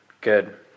Good